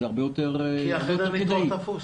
כי בבוקר חדר הניתוח תפוס.